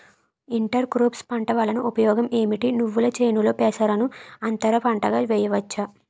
Inter crops పంట వలన ఉపయోగం ఏమిటి? నువ్వుల చేనులో పెసరను అంతర పంటగా వేయవచ్చా?